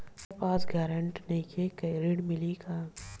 हमरा पास ग्रांटर नईखे ऋण मिली का?